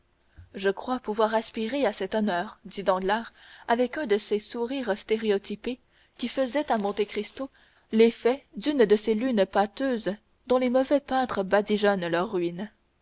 je crois pouvoir aspirer à cet honneur dit danglars avec un de ces sourires stéréotypés qui faisaient à monte cristo l'effet d'une de ces lunes pâteuses dont les mauvais peintres badigeonnent leurs ruines